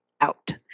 out